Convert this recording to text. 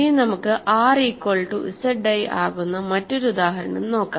ഇനി നമുക്ക് R equal to Z i ആകുന്ന മറ്റൊരു ഉദാഹരണം നോക്കാം